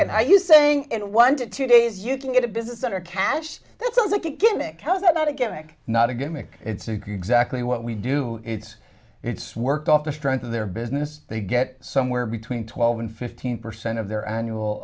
you saying in one to two days you can get a business letter cash that sounds like a gimmick how's that not a gimmick not a gimmick it's exactly what we do it's it's work off the strength of their business they get somewhere between twelve and fifteen percent of their annual